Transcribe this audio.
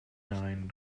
nine